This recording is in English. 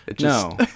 No